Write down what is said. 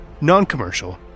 non-commercial